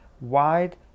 wide